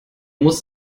musst